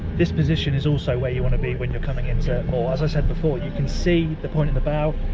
this position is also where you want to be when you're coming into port, as i said before you can see the point in the bow,